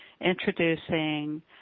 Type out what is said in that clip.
introducing